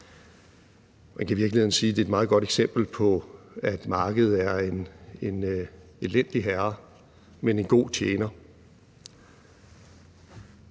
Man kan i virkeligheden sige, at det er et meget godt eksempel på, at markedet er en elendig herre, men en god tjener.